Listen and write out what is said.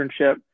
internship